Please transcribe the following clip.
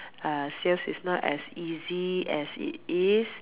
uh sales is not as easy as it is